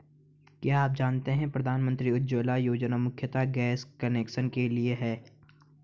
क्या आप जानते है प्रधानमंत्री उज्ज्वला योजना मुख्यतः गैस कनेक्शन के लिए है?